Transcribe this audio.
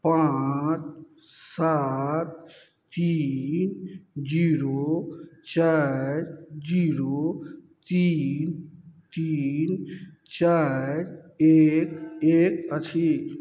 पाँच सात तीन जीरो चारि जीरो तीन तीन चारि एक एक अछि